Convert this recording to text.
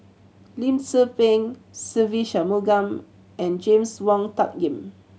Lim Tze Peng Se Ve Shanmugam and James Wong Tuck Yim